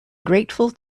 grateful